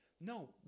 No